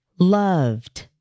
Loved